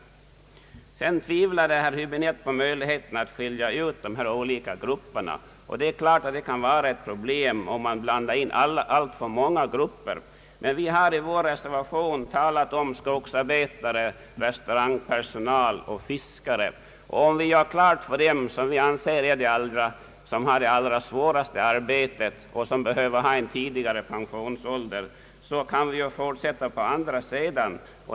Vidare tvivlade herr Häbinette på möjligheterna att skilja ut de här olika yrkesgrupperna. Det är klart att dei kan vara ett problem om man blandar in alltför många grupper. Men vi har i vår reservation talat om skogsarbetare, restaurangpersonal och fiskare. Om vi gör klart beträffande dem, som vi anser har det allra svåraste arbetet och som behöver en lägre pensionsålder, så kan vi fortsätta med en del andra sedan.